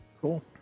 Cool